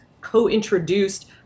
co-introduced